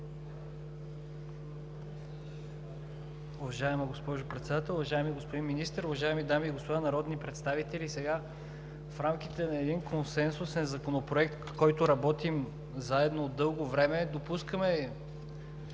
Уважаема госпожо Председател, уважаеми господин Министър, уважаеми дами и господа народни представители! Сега, в рамките на един консенсусен Законопроект, който работим заедно от дълго време, допускаме